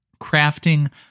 crafting